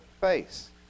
face